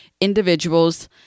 individuals